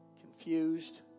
confused